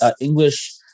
English